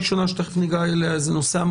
ההיבט הראשון זה יציאת ישראלים,